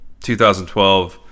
2012